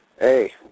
hey